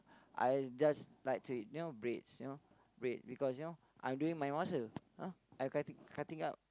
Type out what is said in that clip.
I just like to you know breads you know bread because you know I'm doing my muscle ah I cutting cutting up